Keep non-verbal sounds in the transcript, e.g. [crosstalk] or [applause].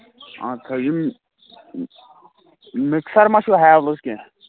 آ [unintelligible] مِکسَر مَہ چھُو ہیولٕز کیٚنہہ